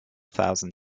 thousand